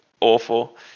awful